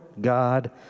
God